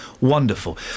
Wonderful